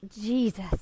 Jesus